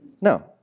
No